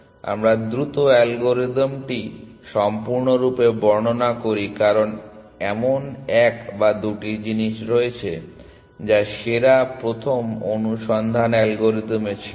আমরা দ্রুত অ্যালগরিদমটি সম্পূর্ণরূপে বর্ণনা করি কারণ এমন এক বা দুটি জিনিস রয়েছে যা সেরা প্রথম অনুসন্ধান অ্যালগরিদমে ছিল না